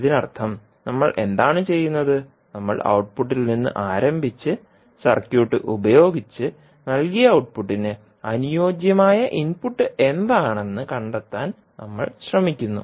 ഇതിനർത്ഥം നമ്മൾ എന്താണ് ചെയ്യുന്നത് നമ്മൾ ഔട്ട്പുട്ടിൽ നിന്ന് ആരംഭിച്ച് സർക്യൂട്ട് ഉപയോഗിച്ച് നൽകിയ ഔട്ട്പുട്ടിന് അനുയോജ്യമായ ഇൻപുട്ട് എന്താണെന്ന് കണ്ടെത്താൻ നമ്മൾ ശ്രമിക്കുന്നു